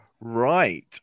right